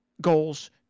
goals